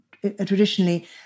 traditionally